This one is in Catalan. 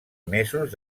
mesos